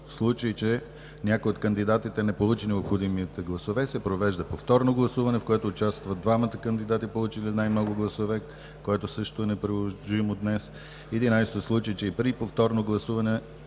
В случай, че някой от кандидатите не получи необходимите гласове, се провежда повторно гласуване, в което участват двамата кандидати, получили най-много гласове, което също е неприложимо днес. 11. В случай, че при повторно гласуване